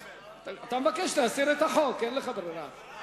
אתה מבקש להסיר את הצעת החוק, אין לך ברירה.